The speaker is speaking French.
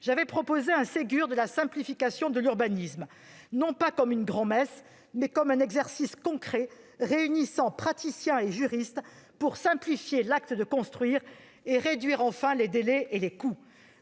j'avais proposé un Ségur de la simplification de l'urbanisme, non pas comme une grand-messe, mais comme un exercice concret réunissant praticiens et juristes pour simplifier l'acte de construire et réduire enfin les délais et les coûts.